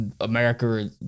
america